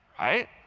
Right